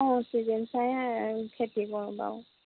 অঁ ছিজন চাই খেতি কৰোঁ বাৰু